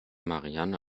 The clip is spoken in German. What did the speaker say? marianne